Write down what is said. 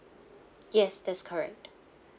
yes that's correct